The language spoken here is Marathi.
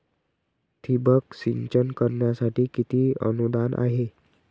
ठिबक सिंचन करण्यासाठी किती अनुदान आहे?